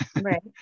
Right